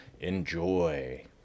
Enjoy